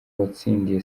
watsindiye